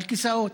על כיסאות,